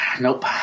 Nope